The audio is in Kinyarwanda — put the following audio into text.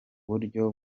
buryo